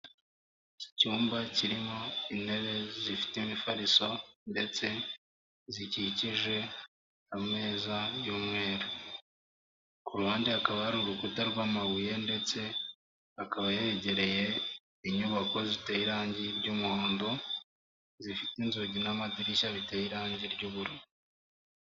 Iki cyumba kirimo intebe zifite imifariso ndetse zikikije ameza y'umweru. Ku ruhande hakaba hari urukuta rw'amabuye ndetse hakaba hegereye inyubako ziteye irangi ry'umuhondo, zifite inzugi n'amadirishya biteye irangi ry'ubururu.